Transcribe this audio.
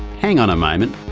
hang on a moment,